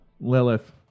Lilith